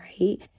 right